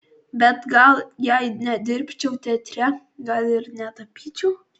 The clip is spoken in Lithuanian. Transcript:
bet gal jei nedirbčiau teatre gal ir netapyčiau